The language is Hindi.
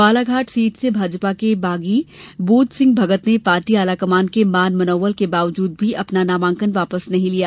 बालाघाट सीट से भाजपा के बागी बोध सिंह भगत ने पार्टी आलाकमान के मान मनौवल के बावजूद भी अपना नामांकन वापस नही लिया